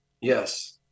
Yes